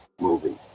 movie